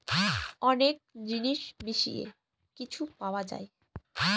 অনেক জিনিস মিশিয়ে কিছু পাওয়া যায়